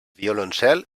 violoncel